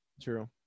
true